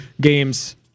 games